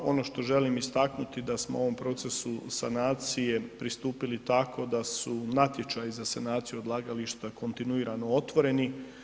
A ono što želim istaknuti da smo u ovom procesu sanacije pristupili tako da su natječaji za sanaciju odlagališta kontinuirano otvoreni.